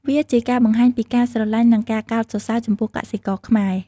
វាជាការបង្ហាញពីការស្រលាញ់និងការកោតសរសើរចំពោះកសិករខ្មែរ។